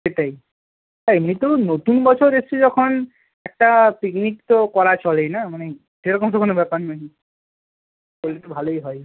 সেটাই আর এমনিতেও নতুন বছর এসছে যখন একটা পিকনিক তো করা চলেই না মানে সেরকম তো কোনো ব্যাপার নয় করলে তো ভালোই হয়